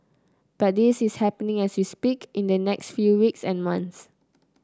but this is happening as we speak in the next few weeks and months